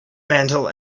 mantel